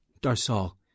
Darsal